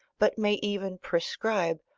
but may even prescribe,